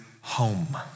home